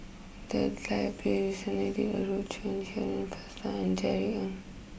the library recently did a roadshow on Shirin Fozdar and Jerry Ng